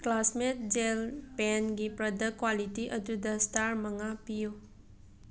classmate gel ꯄꯦꯟꯒꯤ product quality ꯑꯗꯨꯗ star ꯃꯉꯥ ꯄꯤꯌꯨ